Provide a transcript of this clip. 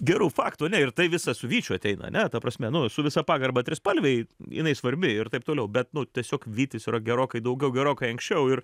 gerų faktų ir tai visa su vyčiu ateina ane ta prasme su visa pagarba trispalvei jinai svarbi ir taip toliau bet nu tiesiog vytis yra gerokai daugiau gerokai anksčiau ir